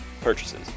purchases